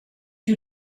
you